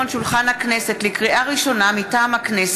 11 מתנגדים.